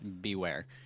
beware